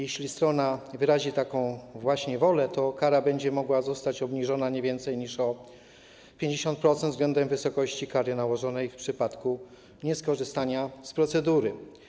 Jeśli strona wyrazi właśnie taką wolę, to kara będzie mogła zostać obniżona nie więcej niż o 50% względem wysokości kary nałożonej w przypadku nieskorzystania z procedury.